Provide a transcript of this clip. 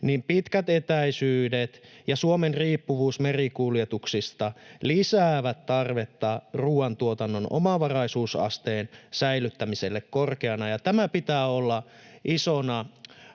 että pitkät etäisyydet ja Suomen riippuvuus merikuljetuksista lisäävät tarvetta ruoantuotannon omavaraisuusasteen säilyttämiselle korkeana. Ja tämä pitää olla isona